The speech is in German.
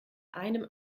einem